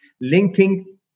linking